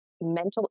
mental